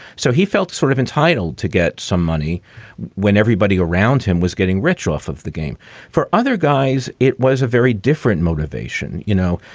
so he felt sort of entitled to get some money when everybody around him was getting rich off of the game for other guys. it was a very different motivation. you know,